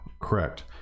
Correct